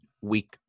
week